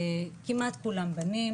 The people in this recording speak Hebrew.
כמעט כולם בנים.